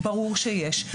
ברור שיש.